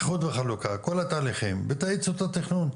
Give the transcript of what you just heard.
איחוד וחלוקה כל התהליכים ותאיצו את התכנון,